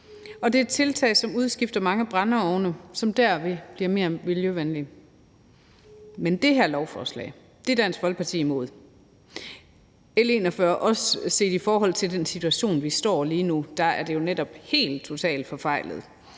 og det er et tiltag, der udskifter mange brændeovne, som derved bliver mere miljøvenlige. Men det her lovforslag, L 141, er Dansk Folkeparti imod. Også set i forhold til den situation, vi står i lige nu, er det jo netop helt, totalt forfejlet.